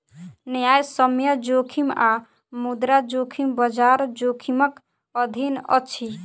न्यायसम्य जोखिम आ मुद्रा जोखिम, बजार जोखिमक अधीन अछि